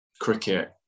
cricket